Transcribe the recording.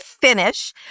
finish